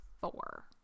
four